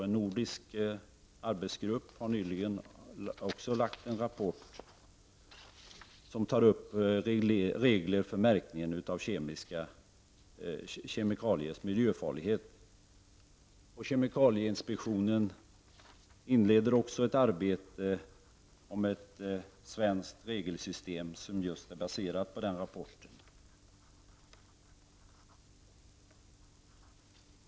En nordisk arbetsgrupp har nyligen lagt fram en rapport som tar upp regler för märkning av kemikaliers miljöfarlighet. Kemikalieinspektionen inleder också ett arbete om ett svenskt regelsystem som just är baserat på denna rapport.